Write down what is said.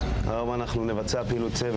אילוסטרציה, נכון?